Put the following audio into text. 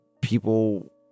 people